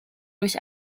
durch